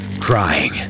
crying